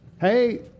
Hey